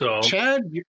Chad